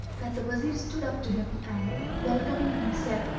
that the wazir stood up to him and welcoming him said,